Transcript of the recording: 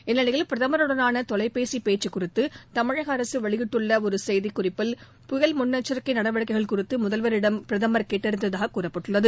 இந்நிலையில் பிரதமருடனான தொலைபேசி பேச்சு குறித்து தமிழக அரசு வெளியிட்டுள்ள ஒரு செய்திக்குறிப்பில் புயல் முன்னெச்சிக்கை நடவடிக்கைகள் குறித்து முதல்வரிடம் பிரதம் கேட்டறிந்ததாக கூறப்பட்டுள்ளது